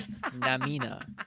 namina